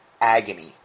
agony